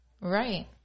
right